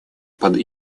под